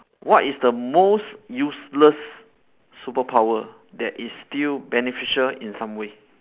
what is the most useless superpower that is still beneficial in some way